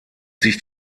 sich